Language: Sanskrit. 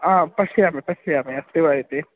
आम् पश्यामि पश्यामि अस्ति वा इति